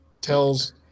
tells